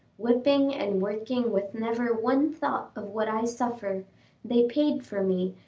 whipping and working with never one thought of what i suffer they paid for me,